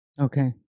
Okay